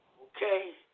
Okay